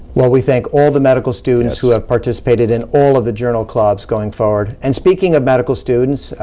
well, we thank all the medical students who have participated in all of the journal clubs going forward, and speaking of medical students,